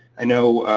i know,